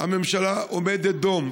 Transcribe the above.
הממשלה עומדת דום.